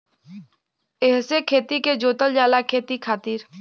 एहसे खेतो के जोतल जाला खेती खातिर